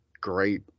great